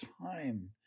time